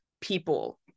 people